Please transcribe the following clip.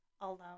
alone